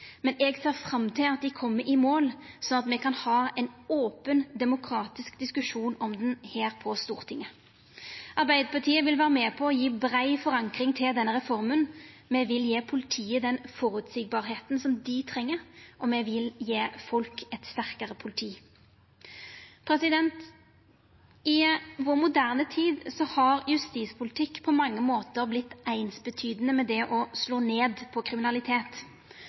men eg ser fram til at dei kjem i mål, sånn at me kan ha ein open demokratisk diskusjon om ho på Stortinget. Arbeidarpartiet vil vera med på å gje brei forankring til denne reforma. Me vil gi politiet den føreseielegheita dei treng, og me vil gje folk eit sterkare politi. I vår moderne tid har justispolitikk på mange måtar vorte einsbetyande med det å slå ned på kriminalitet,